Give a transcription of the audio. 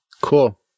cool